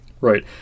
Right